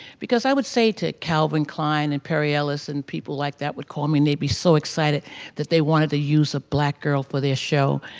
because i would say to calvin klein and perry ellis and people like that would call me and they'd be so excited that they wanted to use a black girl for their show.